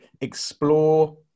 explore